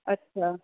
अछा